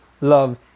Love